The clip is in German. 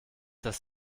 das